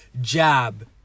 jab